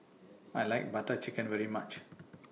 I like Butter Chicken very much